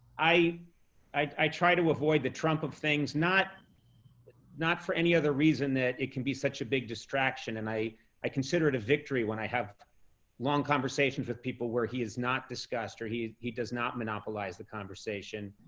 i i try to avoid the trump of things not but not for any other reason that it can be such a big distraction and i i consider it a victory when i have long conversations with people where he is not discussed or he he does not monopolize the conversation.